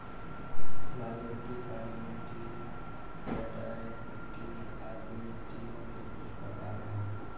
लाल मिट्टी, काली मिटटी, लैटराइट मिट्टी आदि मिट्टियों के कुछ प्रकार है